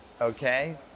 Okay